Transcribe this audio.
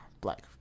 black